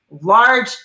large